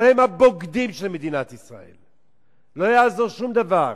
אבל הם הבוגדים של מדינת ישראל, לא יעזור שום דבר.